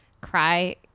cry